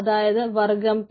അതായത് വർഗം പി